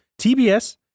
TBS